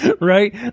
right